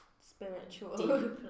spiritual